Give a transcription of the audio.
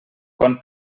quan